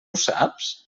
saps